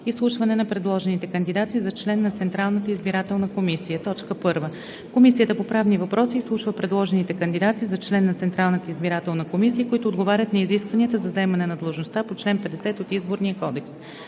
Изслушване на предложените кандидати за член на Централната избирателна комисия. 1. Комисията по правни въпроси изслушва предложените кандидати за член на Централната избирателна комисия, които отговарят на изискванията за заемане на длъжността по чл. 50 от Изборния кодекс.